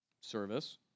Service